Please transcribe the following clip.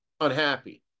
unhappy